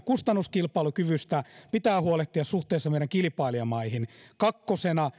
kustannuskilpailukyvystä pitää huolehtia suhteessa meidän kilpailijamaihimme kaksi